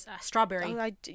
Strawberry